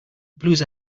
blues